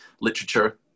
literature